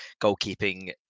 goalkeeping